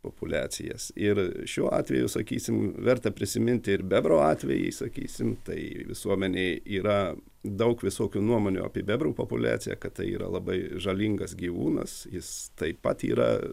populiacijas ir šiuo atveju sakysim verta prisiminti ir bebro atvejai sakysim tai visuomenėj yra daug visokių nuomonių apie bebrų populiaciją kad tai yra labai žalingas gyvūnas jis taip pat yra